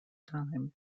time